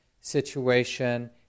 situation